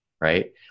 right